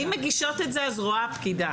אם מגישות את זה, אז רואה פקידה.